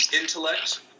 intellect